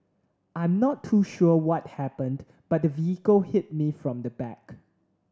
I am not too sure what happened but the vehicle hit me from the back